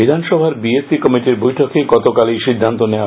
বিধানসভার বিএসি কমিটির বৈঠকে গতকাল এই সিদ্ধান্ত নেওয়া হয়